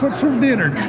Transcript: for for dinner. yeah